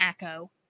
echo